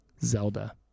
Zelda